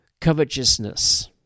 Covetousness